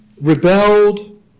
rebelled